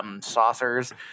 saucers